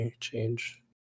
change